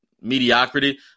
mediocrity